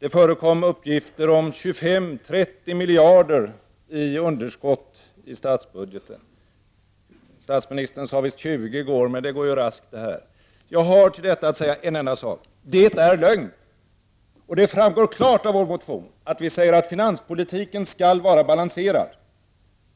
Det förekom uppgifter om ett underskott på 25—30 miljarder kronor i statsbudgeten. Statsministern nämnde 20 miljarder kronor i går, så här går det raskt undan. Jag vill till detta säga en enda sak: Detta är lögn! Det framgår klart av vår motion att vi säger att finanspolitiken skall vara balanserad.